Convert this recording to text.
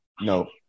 no